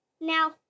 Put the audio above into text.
now